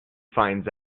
finds